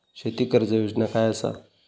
शेती कर्ज योजना काय असा?